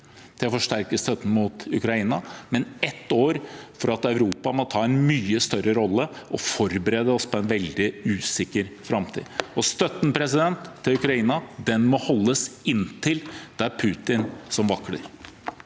til å forsterke støtten til Ukraina, men også ett år for Europa til å måtte ta en mye større rolle og forberede oss på en veldig usikker framtid. Og støtten til Ukraina må holdes inntil det er Putin som vakler.